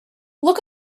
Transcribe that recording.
look